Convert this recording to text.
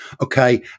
Okay